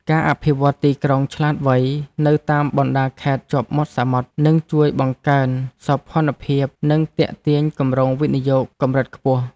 ការអភិវឌ្ឍន៍ទីក្រុងឆ្លាតវៃនៅតាមបណ្តាខេត្តជាប់មាត់សមុទ្រនឹងជួយបង្កើនសោភ័ណភាព និងទាក់ទាញគម្រោងវិនិយោគកម្រិតខ្ពស់។